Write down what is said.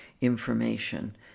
information